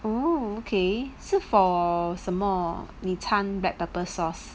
oo okay 是 for 什么你掺 black pepper sauce